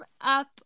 up